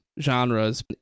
genres